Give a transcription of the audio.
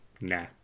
nah